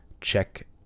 check